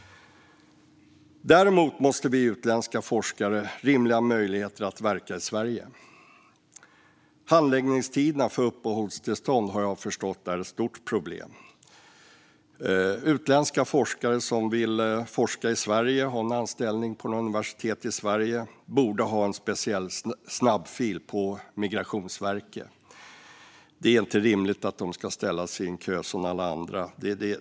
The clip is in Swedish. Däremot måste vi ge utländska forskare rimliga möjligheter att verka i Sverige. Jag har förstått att handläggningstiderna för uppehållstillstånd är ett stort problem. Utländska forskare som vill forska i Sverige och ha en anställning på något universitet här borde ha en speciell snabbfil på Migrationsverket. Det är inte rimligt att de ska ställa sig i en kö som alla andra.